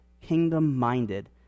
kingdom-minded